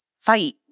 fight